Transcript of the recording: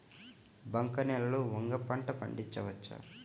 బంక నేలలో వంగ పంట పండించవచ్చా?